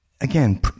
again